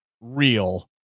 real